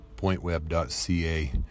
pointweb.ca